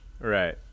right